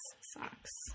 socks